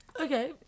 Okay